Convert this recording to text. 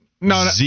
No